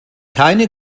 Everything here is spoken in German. keine